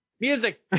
Music